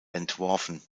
entworfen